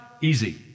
easy